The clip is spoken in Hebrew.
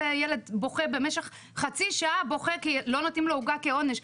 הילד בוכה במשך חצי שעה כי לא נותנים לו עוגה כעונש.